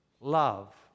Love